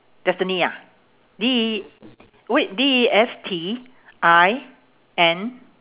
destiny ah D E wait D E S T I N